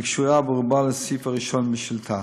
וקשורה ברובה לסעיף הראשון בשאילתה.